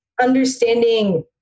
understanding